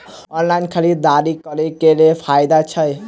Online खरीददारी करै केँ की फायदा छै?